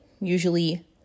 Usually